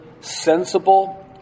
sensible